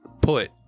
put